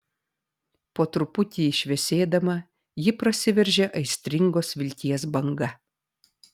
po truputį šviesėdama ji prasiveržia aistringos vilties banga